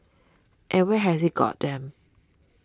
and where has it got them